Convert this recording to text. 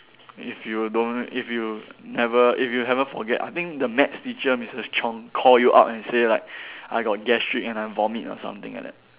if you don't if you never if you haven't forget I think the maths teacher Missus Chong call you up and say like I got gastric and I vomit or something like that